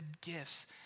gifts